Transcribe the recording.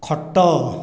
ଖଟ